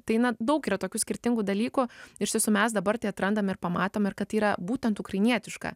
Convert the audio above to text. tai na daug yra tokių skirtingų dalykų ir iš tiesų mes dabar tai atrandam ir pamatom ir kad tai yra būtent ukrainietiška